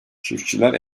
çiftçiler